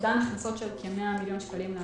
אובדן הכנסות של כ-100 מיליון שקלים.